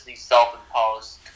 self-imposed